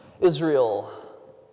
Israel